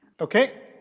Okay